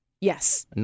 Yes